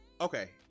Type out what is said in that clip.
okay